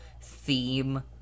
theme